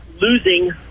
losing